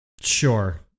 sure